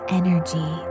energy